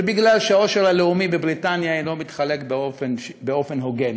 היא שהעושר הלאומי בבריטניה אינו מתחלק באופן הוגן,